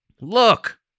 Look